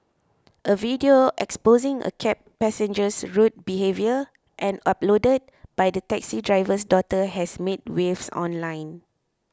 a video exposing a cab passenger's rude behaviour and uploaded by the taxi driver's daughter has made waves online